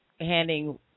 Handing